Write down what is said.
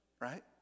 right